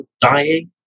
dying